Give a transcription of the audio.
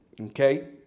Okay